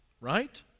Right